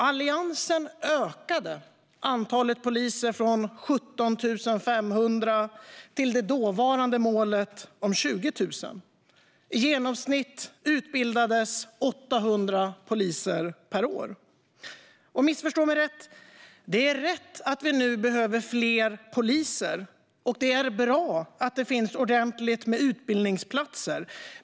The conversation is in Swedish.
Alliansen ökade antalet poliser från 17 500 till det dåvarande målet om 20 000. I genomsnitt utbildades 800 poliser per år. Missförstå mig rätt: Det är rätt att vi nu behöver fler poliser, och det är bra att det finns ordentligt med utbildningsplatser.